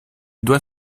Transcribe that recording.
doit